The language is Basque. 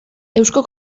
eusko